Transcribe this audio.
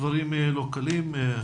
דברים לא קלים.